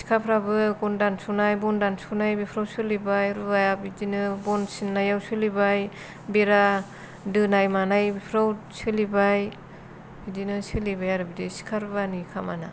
सिखाफोराबो गन दानस'नाय बन दानस'नाय बेफोराव सोलिबाय रुवाया बिदिनो बन सिननायाव सोलिबाय बेरा दोनाय मानाय बेफोराव सोलिबाय बिदिनो सोलिबाय आरो बिदि सिखा रुवानि खामानिया